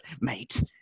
Mate